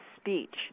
speech